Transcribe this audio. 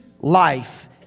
life